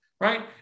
right